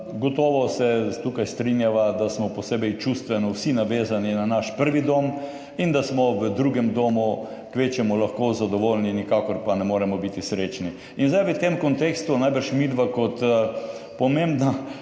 Gotovo se tukaj strinjava, da smo posebej čustveno vsi navezani na naš prvi dom in da smo v drugem domu kvečjemu lahko zadovoljni, nikakor pa ne moremo biti srečni. In zdaj v tem kontekstu najbrž midva kot pomembna